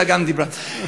גם דיברה.